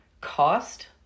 cost